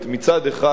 מצד אחד,